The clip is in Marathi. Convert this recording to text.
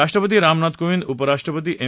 राष्ट्रपती रामनाथ कोविंद उपराष्ट्रपती एम